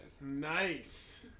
Nice